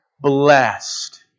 blessed